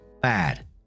bad